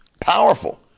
powerful